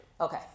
Okay